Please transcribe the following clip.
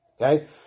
Okay